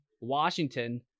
Washington